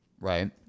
Right